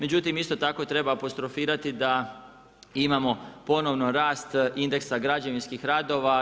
Međutim, isto tako treba apostrofirati da imamo ponovno rast indeksa građevinskih radova.